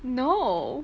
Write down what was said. no